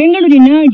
ಬೆಂಗಳೂರಿನ ಡಿ